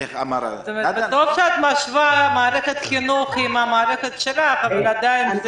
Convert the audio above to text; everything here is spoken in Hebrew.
טוב שאת משווה את מערכת החינוך למערכת שלך אבל עדיין,